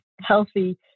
healthy